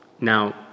Now